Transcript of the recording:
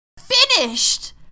finished